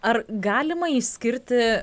ar galima išskirti